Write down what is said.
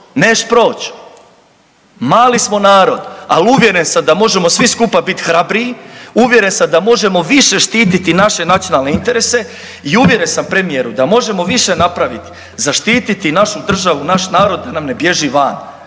neš proć. Mali smo narod, al uvjeren sam da možemo svi skupa bit hrabriji, uvjeren sam da možemo više štititi naše nacionalne interese i uvjeren sam premijeru da možemo više napraviti, zaštititi našu državu i naš narod da nam ne bježi van,